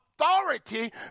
authority